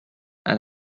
and